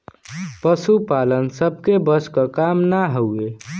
पसुपालन सबके बस क काम ना हउवे